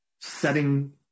setting